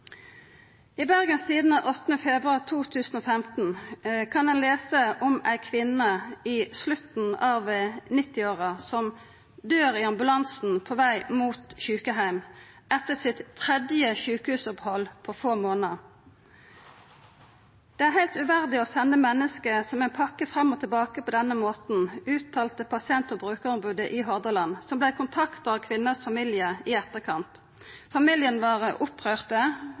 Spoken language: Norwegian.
I Bergens Tidende 8. februar 2015 kan ein lesa om ei kvinne i slutten av 90-åra som døyr i ambulansen på veg til sjukeheimen, etter sitt tredje sjukehusopphald på få månader. Det er heilt uverdig å senda menneske som ei pakke fram og tilbake på denne måten, uttalte pasient- og brukarombodet i Hordaland, som i etterkant vart kontakta av familien til kvinna. Familien var